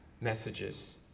messages